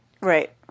Right